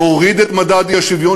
להוריד את מדד האי-שוויון,